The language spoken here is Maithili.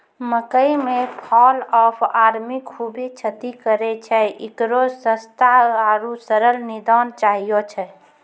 मकई मे फॉल ऑफ आर्मी खूबे क्षति करेय छैय, इकरो सस्ता आरु सरल निदान चाहियो छैय?